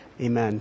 Amen